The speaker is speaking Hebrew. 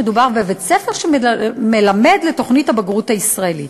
מדובר בבית-ספר שמלמד לתוכנית הבגרות הישראלית.